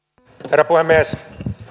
herra puhemies